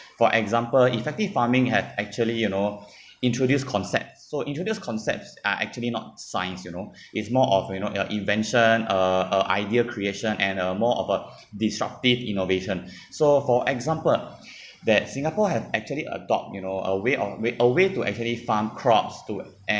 for example effective farming had actually you know introduced concepts so introduced concepts are actually not science you know is more of you know i~ invention uh uh idea creation and a more of a disruptive innovation so for example that singapore had actually adopt you know a way of w~ a away to actually farm crops to